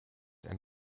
and